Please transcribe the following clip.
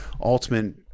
ultimate